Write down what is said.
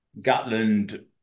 Gatland